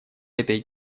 этой